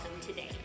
today